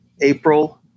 April